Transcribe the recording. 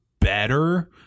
better